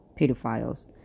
pedophiles